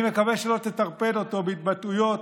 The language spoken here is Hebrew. אני מקווה שלא תטרפד אותו בהתבטאויות,